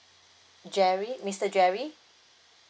jerry mister jerry